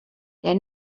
der